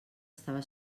estava